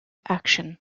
action